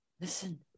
Listen